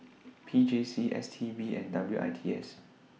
P J C S T B and W I T S